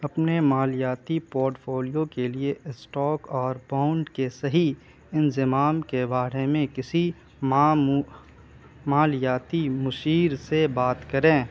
اپنے مالیاتی پورٹفولیو کے لیے اسٹاک اور باؤنڈ کے صحیح انضیمام کے بارے میں کسی مالیاتی مشیر سے بات کریں